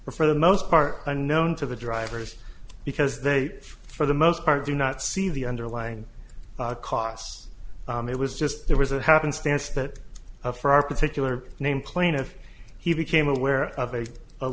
for the most part unknown to the drivers because they for the most part do not see the underlying costs it was just there was a happenstance that for our particular name plaintiff he became aware of a a